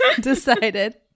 decided